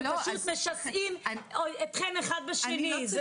הם פשוט משסים אתכם אחד בשני,